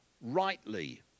rightly